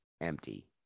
empty